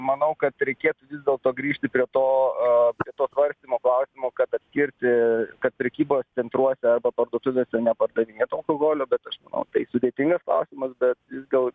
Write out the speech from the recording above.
manau kad reikėtų vis dėlto grįžti prie to to tvarkymo klausimo kad atkirsti kad prekybos centruose parduotuvėse nepardavinėtų alkoholio bet aš manau tai sudėtingas klausimas bet gal